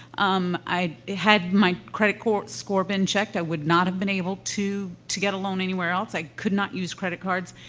um, i had my credit score been checked, i would not have been able to to get a loan anywhere else. i could not use credit cards.